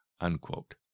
unquote